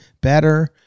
better